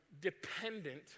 dependent